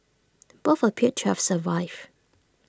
both appeared to have survived